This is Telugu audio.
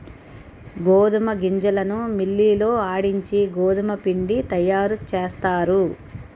గోధుమ గింజలను మిల్లి లో ఆడించి గోధుమపిండి తయారుచేస్తారు